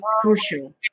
crucial